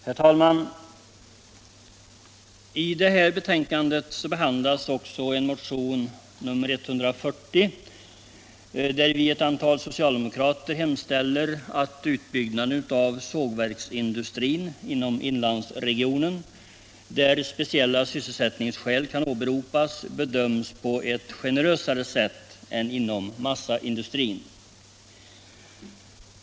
Herr talman! I det här betänkandet behandlas också motionen 140 där vi, ett antal socialdemokrater, hemställer att utbyggnaden av sågverksindustrin inom inlandsregionen — där speciella sysselsättningsskäl kan åberopas —- bedöms på ett generösare sätt än när det gäller massaindustrin.